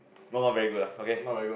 not not very good lah okay